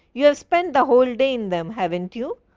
you have spent the whole day in them, haven't you?